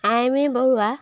Aimi Barua